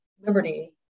liberty